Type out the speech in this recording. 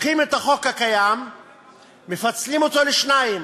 לוקחים את החוק הקיים ומפצלים אותו לשניים.